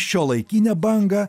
šiuolaikinę bangą